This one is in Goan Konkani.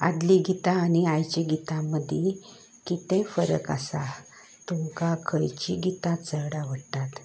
आदलीं गितां आनी आयचीं गितां मदी कितें फरक आसा तुमकां खंयची गितां चड आवडटात